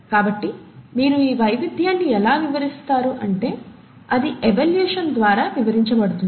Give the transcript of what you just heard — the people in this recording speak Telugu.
కాబట్టి మీరు ఈ వైవిధ్యాన్ని ఎలా వివరిస్తారు అంటే అది ఎవల్యూషన్ ద్వారా వివరించబడుతుంది